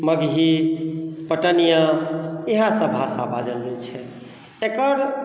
मगही पटनिआ इएह सब भाषा बाजल जाइ छै एकर